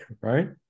right